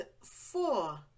four